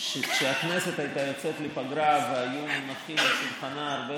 שכשהכנסת הייתה יוצאת לפגרה והיו מונחים על שולחנה הרבה